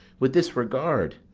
with this regard,